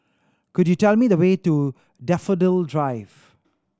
could you tell me the way to Daffodil Drive